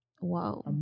Wow